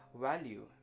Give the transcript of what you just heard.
value